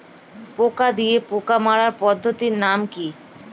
পোকা দিয়ে পোকা মারার পদ্ধতির নাম কি?